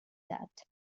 that